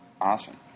Awesome